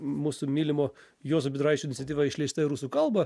mūsų mylimo juozo budraičio iniciatyva išleista į rusų kalbą